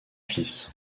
fils